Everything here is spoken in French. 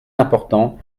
important